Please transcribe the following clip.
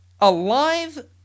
alive